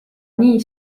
nii